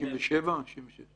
-- 67 או 66?